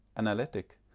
analytic,